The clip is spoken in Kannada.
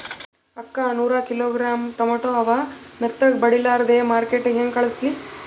ಅಕ್ಕಾ ನೂರ ಕಿಲೋಗ್ರಾಂ ಟೊಮೇಟೊ ಅವ, ಮೆತ್ತಗಬಡಿಲಾರ್ದೆ ಮಾರ್ಕಿಟಗೆ ಹೆಂಗ ಕಳಸಲಿ?